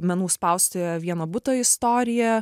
menų spaustuvėje vieno buto istorija